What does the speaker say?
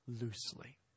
loosely